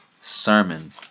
sermon